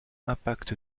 impact